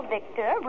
Victor